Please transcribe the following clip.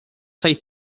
said